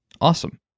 Awesome